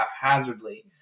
haphazardly